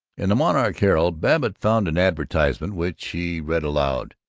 in the monarch herald, babbitt found an advertisement which he read aloud,